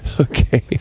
okay